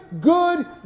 good